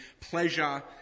pleasure